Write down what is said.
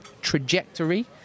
Trajectory